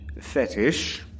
fetish